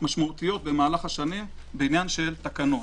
משמעותיות במהלך השנים בעניין תקנות,